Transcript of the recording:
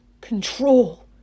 control